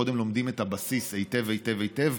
קודם לומדים את הבסיס היטב היטב,